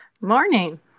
Morning